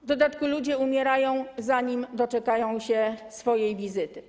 W dodatku ludzie umierają zanim doczekają się swojej wizyty.